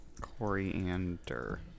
Coriander